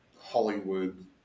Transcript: Hollywood